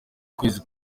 kwezi